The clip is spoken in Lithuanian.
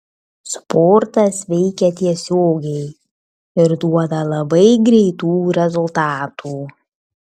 sportas veikia tiesiogiai ir duoda labai greitų rezultatų